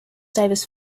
davis